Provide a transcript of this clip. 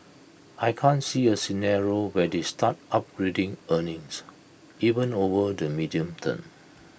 I can't see A scenario where they start upgrading earnings even over the medium term